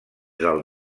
del